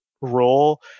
role